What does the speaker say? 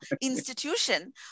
institution